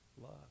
love